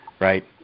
right